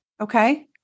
Okay